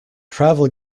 travel